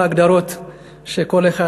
כל ההגדרות שכל אחד,